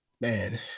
man